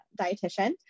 dietitian